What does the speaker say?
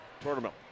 Tournament